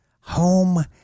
Home